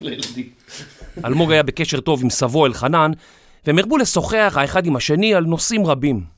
לילדים. אלמוג היה בקשר טוב עם סבו אלחנן, והם הרבו לשוחח האחד עם השני על נושאים רבים.